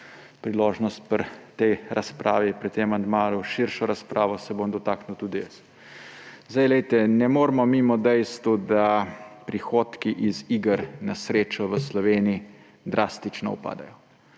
priložnost pri razpravi o tem amandmaju širšo razpravo, se bom dotaknil tudi jaz. Ne moremo mimo dejstev, da prihodki iz iger na srečo v Sloveniji drastično upadajo.